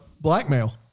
blackmail